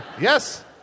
yes